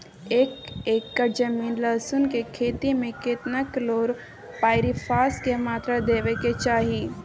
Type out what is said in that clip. एक एकर जमीन लहसुन के खेती मे केतना कलोरोपाईरिफास के मात्रा देबै के चाही?